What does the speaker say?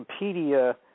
Wikipedia